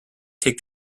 take